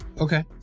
Okay